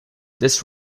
this